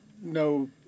No